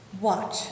Watch